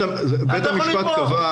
אתה יכול לתבוע.